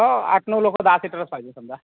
हो आठ नऊ लोकं दहा सीटरच पाहिजे समजा